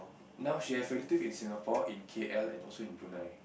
now she have relative in Singapore in K_L and also in Brunei